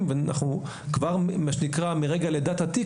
ואנחנו כבר מה שנקרא מרגע לידת התיק,